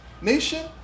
Nation